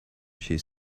she